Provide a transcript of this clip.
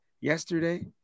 yesterday